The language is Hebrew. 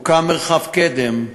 הוקם מרחב קדם לפני